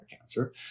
cancer